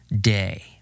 day